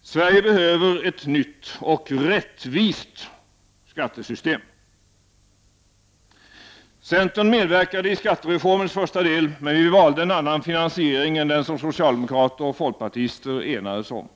Sverige behöver ett nytt och rättvist skattesystem. Centern medverkade i skattereformens första del, men vi valde en annan finansiering än den som socialdemokrater och folkpartister enades om.